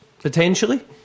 Potentially